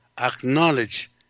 acknowledge